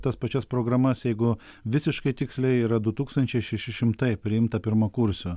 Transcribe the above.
tas pačias programas jeigu visiškai tiksliai yra du tūkstančiai šeši šimtai priimta pirmakursių